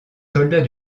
soldats